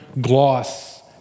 gloss